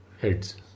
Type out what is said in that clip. Heads